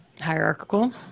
hierarchical